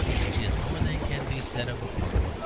which is more than can be said of a park.